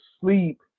sleep